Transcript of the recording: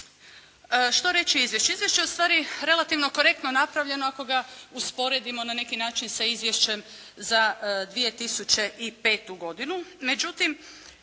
Što reći o izvješću? Izvješće je ustvari relativno korektno napravljeno ako ga usporedimo na neki način sa izvješćem za 2005. godinu